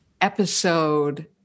episode